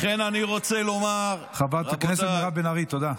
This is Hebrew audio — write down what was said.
לכן אני רוצה לומר, חברת הכנסת מירב בן ארי, תודה.